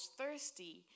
thirsty